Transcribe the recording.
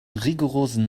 rigorosen